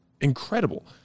incredible